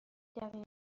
دقیقه